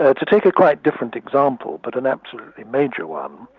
ah to take a quite different example but an absolutely major one,